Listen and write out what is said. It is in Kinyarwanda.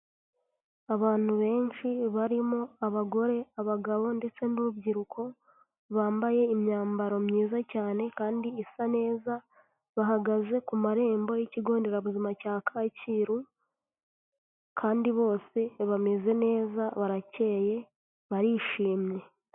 Abantu benshi barimo abagore, abagabo ndetse n'urubyiruko bambaye imyambaro myiza cyane kandi isa neza, bahagaze ku marembo y'ikigo nderabuzima cya Kacyiru kandi bose bameze neza barakeyeye barishimye.